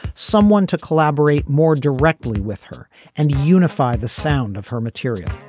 someone to collaborate more directly with her and unify the sound of her material.